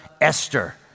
Esther